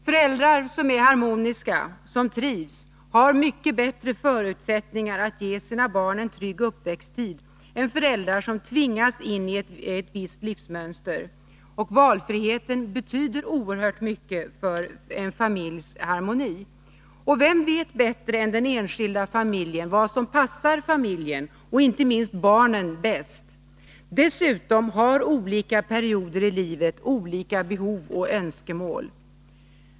Föräldrar som är harmoniska och trivs har mycket bättre förutsättningar att ge sina barn en trygg uppväxttid än föräldrar som tvingas in i ett visst livsmönster. Valfriheten betyder oerhört mycket för en familjs harmoni. Och vem vet bättre än den enskilda familjen vad som passar familjen och inte minst barnen bäst? Dessutom har olika perioder i livet olika behov och önskemål.